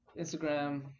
Instagram